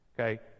Okay